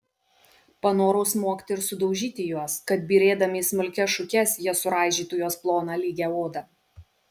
panorau smogti ir sudaužyti juos kad byrėdami į smulkias šukes jie suraižytų jos ploną lygią odą